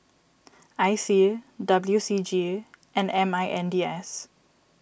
I C W C G and M I N D S